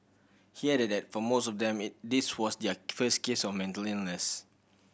he added that for most of them it this was their first case of mental illness